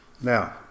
Now